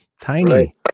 tiny